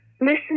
Listen